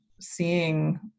seeing